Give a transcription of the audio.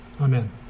amen